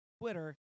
Twitter